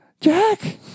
Jack